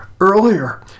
Earlier